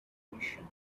permission